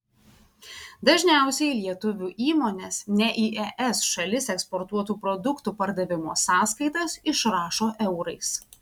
dažniausiai lietuvių įmonės ne į es šalis eksportuotų produktų pardavimo sąskaitas išrašo eurais